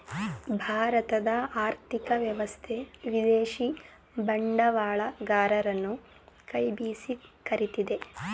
ಭಾರತದ ಆರ್ಥಿಕ ವ್ಯವಸ್ಥೆ ವಿದೇಶಿ ಬಂಡವಾಳಗರರನ್ನು ಕೈ ಬೀಸಿ ಕರಿತಿದೆ